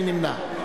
מי נמנע?